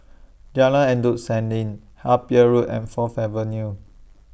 Jalan Endut Senin Harper Road and Fourth Avenue